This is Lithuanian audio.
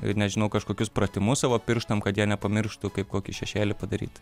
ir nežinau kažkokius pratimus savo pirštam kad jie nepamirštų kaip kokį šešėlį padaryt